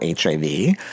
HIV